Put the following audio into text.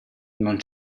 non